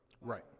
right